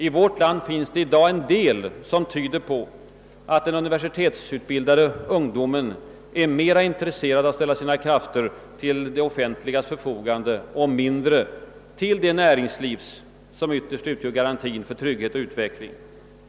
I vårt land finns i dag en del tecken som tyder på att den universitetsutbildade ungdomen är mer intresserad av att ställa sina krafter till det offentligas förfogande och mindre till det näringslivs som ytterst utgör garanti för trygghet och utveckling.